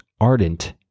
ardent